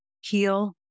heal